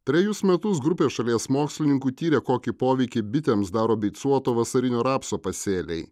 trejus metus grupė šalies mokslininkų tyrė kokį poveikį bitėms daro beicuoto vasarinio rapso pasėliai